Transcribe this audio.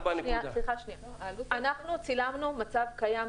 אנחנו צילמנו מצב קיים.